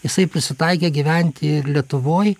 jisai prisitaikė gyventi ir lietuvoj